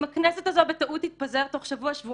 אם הכנסת הזאת בטעות תתפזר תוך שבוע-שבועיים,